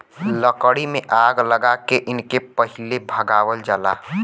लकड़ी में आग लगा के इनके पहिले भगावल जाला